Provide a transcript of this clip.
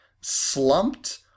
slumped